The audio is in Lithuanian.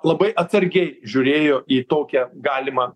labai atsargiai žiūrėjo į tokią galimą